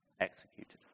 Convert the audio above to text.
executed